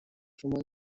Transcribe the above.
شما